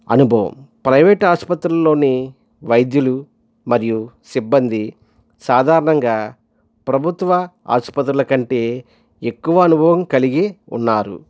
అనుభవం ప్రైవేట్ ఆసుపత్రిలోని వైద్యులు మరియు సిబ్బంది సాధారణంగా ప్రభుత్వ ఆసుపత్రుల కంటే ఎక్కువ అనుభవం కలిగి ఉన్నారు